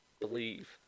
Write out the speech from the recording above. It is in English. believe